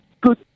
good